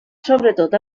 sobretot